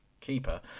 keeper